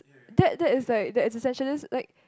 that that is like the essentialist like